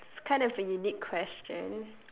kind of a unique question